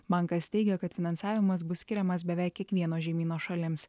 bankas teigia kad finansavimas bus skiriamas beveik kiekvieno žemyno šalims